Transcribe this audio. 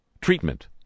treatment